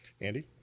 Andy